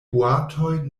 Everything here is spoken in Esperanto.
boatoj